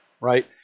right